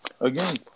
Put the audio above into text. Again